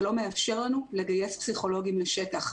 זה לא מאפשר לנו לגייס פסיכולוגים לשטח.